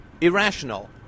irrational